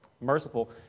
merciful